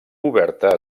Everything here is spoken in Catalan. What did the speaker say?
oberta